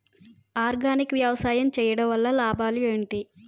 Organic గా వ్యవసాయం చేయడం వల్ల లాభాలు ఏంటి?